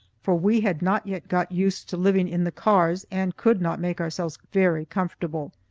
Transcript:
for we had not yet got used to living in the cars and could not make ourselves very comfortable.